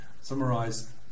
summarize